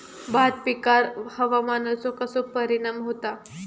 भात पिकांर हवामानाचो कसो परिणाम होता?